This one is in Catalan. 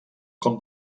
com